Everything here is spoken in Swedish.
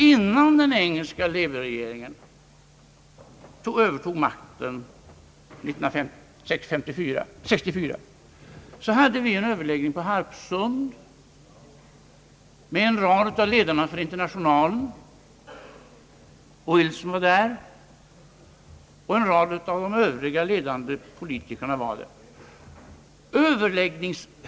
Innan den engelska labourregeringen tog över makten 1964 hade vi en överläggning på Harpsund med en rad av ledarna för Internationalen. Wilson var där liksom en rad av de övriga ledande politikerna.